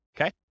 okay